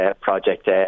project